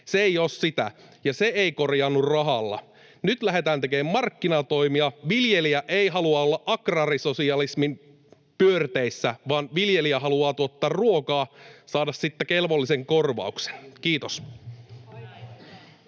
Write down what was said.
Se ei ole sitä, ja se ei korjaannu rahalla. Nyt lähdetään tekemään markkinatoimia. Viljelijä ei halua olla agraarisosialismin pyörteissä, vaan viljelijä haluaa tuottaa ruokaa, saada siitä kelvollisen korvauksen. — Kiitos.